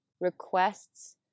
requests